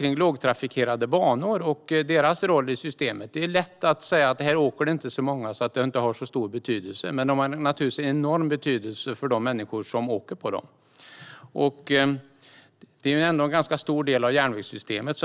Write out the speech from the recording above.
lågtrafikerade banor och deras roll i systemet. Det är lätt att säga att där åker inte så många, så det har inte så stor betydelse. Men det har naturligtvis en enorm betydelse för de människor som åker på dem, och de utgör ändå en ganska stor del av järnvägssystemet.